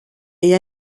est